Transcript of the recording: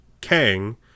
Kang